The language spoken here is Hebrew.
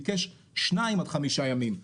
ביקש שניים עד חמישה ימים,